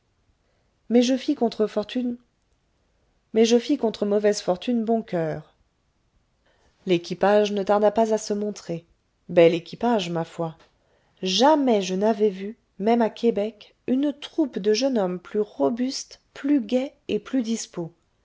l'équipage ne tarda pas à se montrer bel équipage ma foi jamais je n'avais vu même à québec une troupe de jeunes hommes plus robustes plus gais et plus dispos